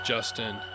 Justin